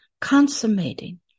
consummating